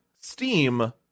Steam